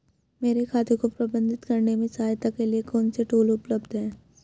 मेरे खाते को प्रबंधित करने में सहायता के लिए कौन से टूल उपलब्ध हैं?